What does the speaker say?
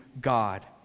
God